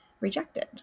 rejected